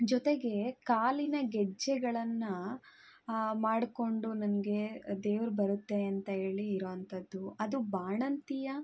ಜೊತೆಗೆ ಕಾಲಿನ ಗೆಜ್ಜೆಗಳನ್ನು ಮಾಡಿಕೊಂಡು ನನಗೆ ದೇವರು ಬರುತ್ತೆ ಅಂತ ಹೇಳಿ ಇರೋ ಅಂಥದ್ದು ಅದು ಬಾಣಂತಿಯ